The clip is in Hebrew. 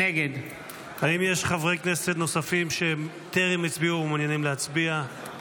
נגד האם יש חברי כנסת נוספים שטרם הצביעו ומעוניינים להצביע?